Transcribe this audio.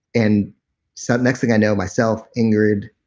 and so next thing i know, myself, ingrid,